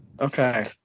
Okay